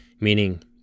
meaning